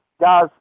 guys